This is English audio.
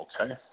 okay